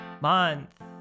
month